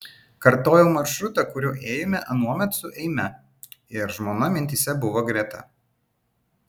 kartojau maršrutą kuriuo ėjome anuomet su eime ir žmona mintyse buvo greta